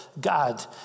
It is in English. God